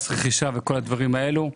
מס הרכישה וכל הדברים האלה.